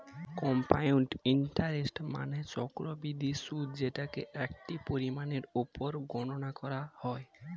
compound interest মানে চক্রবৃদ্ধি সুদ যেটাকে একটি পরিমাণের উপর গণনা করা হয়